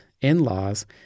in-laws